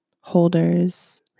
holders